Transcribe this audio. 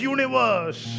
Universe